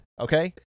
okay